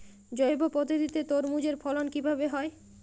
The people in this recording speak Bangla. জৈব পদ্ধতিতে তরমুজের ফলন কিভাবে হয়?